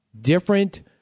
different